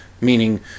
meaning